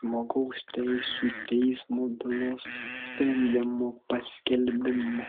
žmogaus teisių teismo bylos sprendimo paskelbimo